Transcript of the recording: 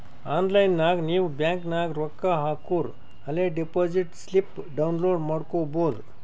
online ನಾಗ್ ನೀವ್ bank ನಾಗ್ ರೊಕ್ಕಾ ಹಾಕೂರ ಅಲೇ ಡೆಪೋಸಿಟ್ ಸ್ಲಿಪ್ ಡೌನ್ಲೋಡ್ ಮಾಡ್ಕೊಬೋದು